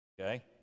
Okay